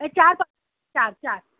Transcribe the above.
એ ચાર પ ચાર ચાર